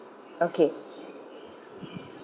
okay